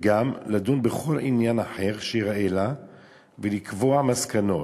'לדון בכל עניין אחר שייראה לה ולקבוע מסקנות',